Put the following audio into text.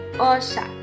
osha